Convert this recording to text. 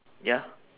ya